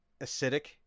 acidic